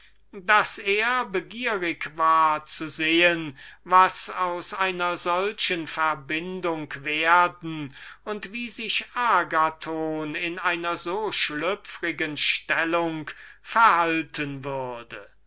daß er begierig war zu sehen was aus einer solchen verbindung werden und wie sich agathon in einer so schlüpfrigen stellung verhalten würde